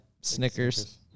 Snickers